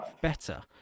better